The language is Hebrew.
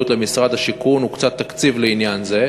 11:30 אין לא דיונים ולא הצבעות באף ועדה,